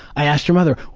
i asked her mother,